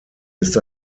ist